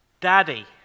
Daddy